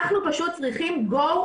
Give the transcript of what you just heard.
אנחנו פשוט צריכים Go,